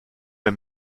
mir